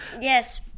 yes